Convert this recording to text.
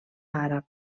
àrab